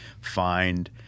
find